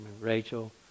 Rachel